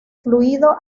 fluido